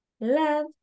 love